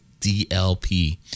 DLP